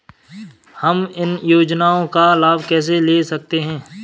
हम इन योजनाओं का लाभ कैसे ले सकते हैं?